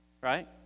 right